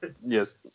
yes